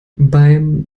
beim